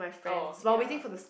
oh ya